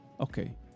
Okay